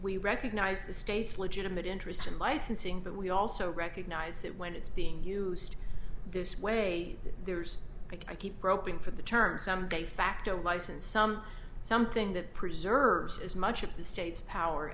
we recognize the state's legitimate interest in licensing but we also recognize it when it's being used this way there's i keep groping for the term some de facto license some something that preserves as much of the state's power